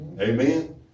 Amen